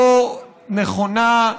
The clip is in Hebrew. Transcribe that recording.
לא נכונה,